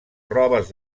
robes